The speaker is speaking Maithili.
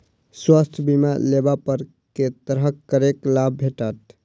स्वास्थ्य बीमा लेबा पर केँ तरहक करके लाभ भेटत?